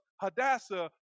Hadassah